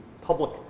public